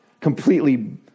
completely